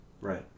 Right